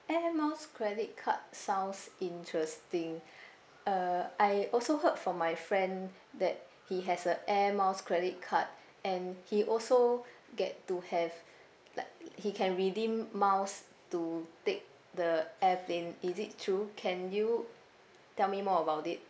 air miles credit card sounds interesting uh I also heard from my friend that he has a air miles credit card and he also get to have like he can redeem miles to take the airplane is it true can you tell me more about it